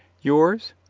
yours?